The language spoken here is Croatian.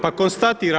Pa konstatiram.